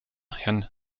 herrn